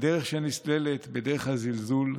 הדרך שנסללת בדרך הזלזול,